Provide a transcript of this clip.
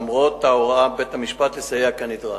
למרות ההוראה מבית-המשפט לסייע כנדרש.